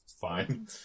fine